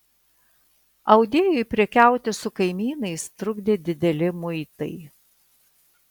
audėjui prekiauti su kaimynais trukdė dideli muitai